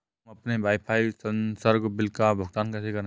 हम अपने वाईफाई संसर्ग बिल का भुगतान कैसे करें?